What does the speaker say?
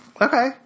Okay